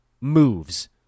moves